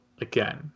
again